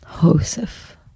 Joseph